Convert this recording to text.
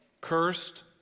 cursed